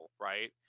right